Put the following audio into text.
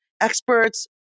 Experts